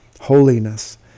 holiness